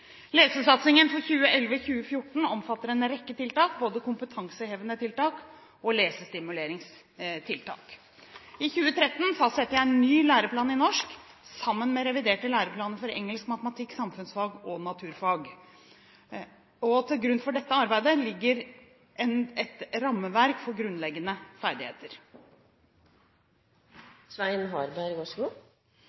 Lesesatsingen for 2011–2014 omfatter en rekke tiltak, både kompetansehevingstiltak og lesestimuleringstiltak. I 2013 fastsetter jeg ny læreplan i norsk, sammen med reviderte læreplaner for engelsk, matematikk, samfunnsfag og naturfag. Til grunn for dette arbeidet ligger et rammeverk for grunnleggende ferdigheter.